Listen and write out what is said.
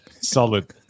solid